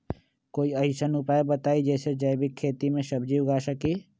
कोई आसान उपाय बताइ जे से जैविक खेती में सब्जी उगा सकीं?